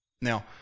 Now